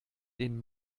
den